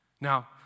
Now